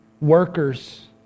Workers